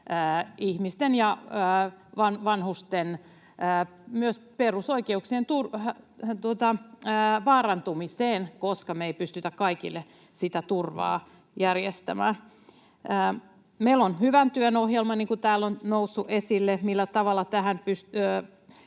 joidenkin vanhusten perusoikeuksien vaarantumiseen, koska me ei pystytä kaikille sitä turvaa järjestämään. Meillä on hyvän työn ohjelma — niin kuin täällä on noussut esille — siinä, millä tavalla tähän